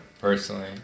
personally